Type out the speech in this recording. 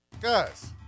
Guys